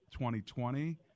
2020